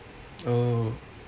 oh